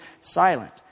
silent